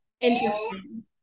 interesting